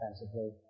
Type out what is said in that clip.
defensively